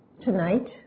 tonight